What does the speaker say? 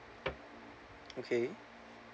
okay